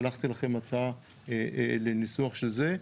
שלחתי לכם הצעה לניסוח של זה.